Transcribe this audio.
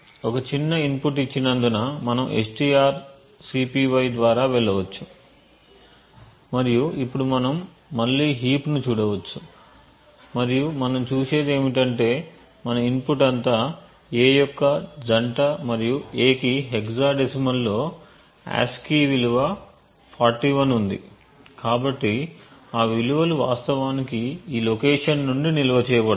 ఒక చిన్న ఇన్పుట్ ఇచ్చినందున మనం strcpy ద్వారా వెళ్ళవచ్చు మరియు ఇప్పుడు మనం మళ్ళీ హీప్ ను చూడవచ్చు మరియు మనం చూసేది ఏమిటంటే మన ఇన్పుట్ అంతా A యొక్క జంట మరియు A కి హెక్సాడెసిమల్లో ASCII విలువ 41 ఉంది కాబట్టి ఆ విలువలు వాస్తవానికి ఈ లొకేషన్ నుండి నిల్వ చేయబడతాయి